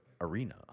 Arena